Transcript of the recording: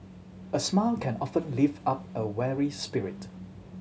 a smile can often lift up a weary spirit